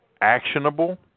actionable